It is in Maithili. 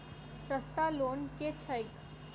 सस्ता लोन केँ छैक